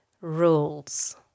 rules